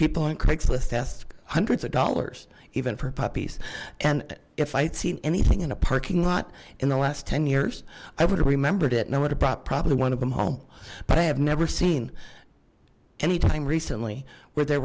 people in craigslist test hundreds of dollars even for puppies and if i see anything in a parking lot in the last ten years i would remember it now what about probably one of them home but i have never seen anything recently where there